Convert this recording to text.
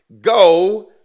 Go